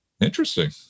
Interesting